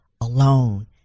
alone